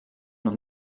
noch